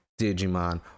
Digimon